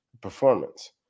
performance